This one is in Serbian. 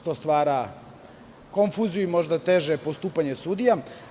To stvara konfuziju i možda teže postupanje sudija.